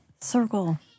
circle